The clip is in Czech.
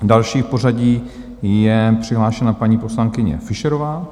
Další v pořadí je přihlášena paní poslankyně Fischerová.